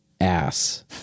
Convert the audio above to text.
ass